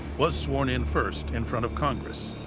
was sworn in first in front of congress.